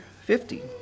fifty